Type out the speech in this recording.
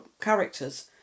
characters